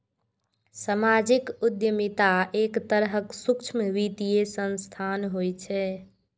सामाजिक उद्यमिता एक तरहक सूक्ष्म वित्तीय संस्थान होइ छै